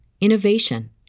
innovation